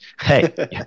Hey